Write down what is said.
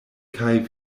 kaj